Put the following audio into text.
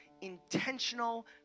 intentional